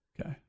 Okay